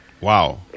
Wow